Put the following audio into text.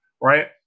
right